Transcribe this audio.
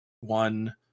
one